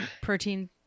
Protein